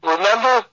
Remember